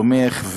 תומך,